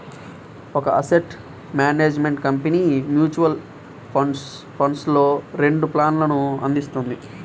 ఒక asset management company mutual ఫండ్స్లో రెండు ప్లాన్లను అందిస్తుంది